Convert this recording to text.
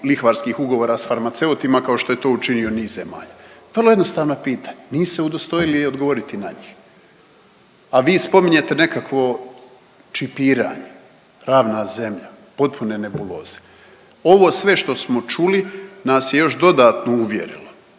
lihvarskih ugovora s farmaceutima, kao što je to učinio niz zemalja? Vrlo jednostavna pitanja, nisu se udostojili odgovoriti na njih. A vi spominjete nekakvo čipiranje, ravna zemlja, potpune nebuloze. Ovo sve što smo čuli nas je još dodatno uvjerilo